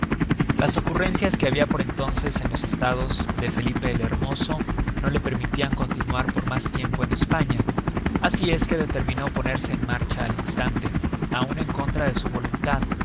las ocurrencias que habia por entonces en los estados de felipe el hermoso no le permitian continuar por mas tiempo en españa asi es que determinó ponerse en marcha al instante aun en contra de su voluntad